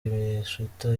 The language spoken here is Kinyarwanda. miyashita